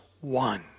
one